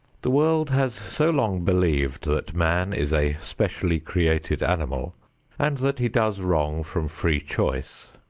the world has so long believed that man is a specially created animal and that he does wrong from free choice,